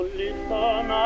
listen